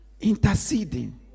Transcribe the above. Interceding